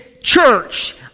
church